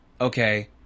okay